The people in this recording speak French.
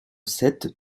sept